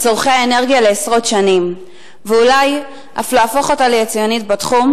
צורכי האנרגיה לעשרות שנים ואולי אף להפוך אותה ליצואנית בתחום,